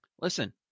Listen